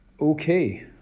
okay